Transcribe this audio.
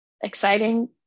exciting